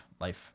life